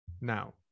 Now